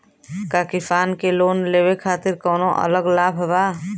का किसान के लोन लेवे खातिर कौनो अलग लाभ बा?